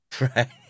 Right